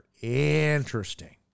Interesting